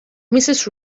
mrs